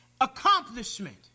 accomplishment